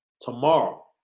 tomorrow